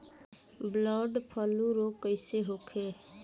Bird flu रोग कईसे होखे?